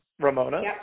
Ramona